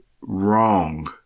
wrong